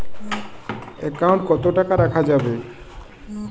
Account কত টাকা রাখা যাবে?